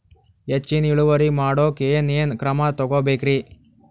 ಹೆಚ್ಚಿನ್ ಇಳುವರಿ ಮಾಡೋಕ್ ಏನ್ ಏನ್ ಕ್ರಮ ತೇಗೋಬೇಕ್ರಿ?